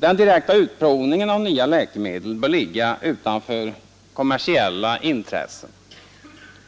Den direkta utprovningen av nya läkemedel bör ligga utanför kommersiella intressen,